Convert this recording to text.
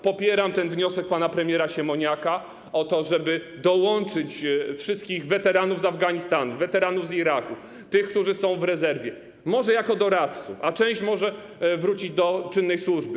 Popieram wniosek pana premiera Siemoniaka dotyczący tego, żeby dołączyć wszystkich weteranów z Afganistanu, z Iraku, tych, którzy są w rezerwie, może jako doradców, a część mogłaby wrócić do czynnej służby.